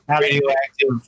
radioactive